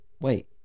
wait